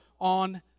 on